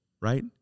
right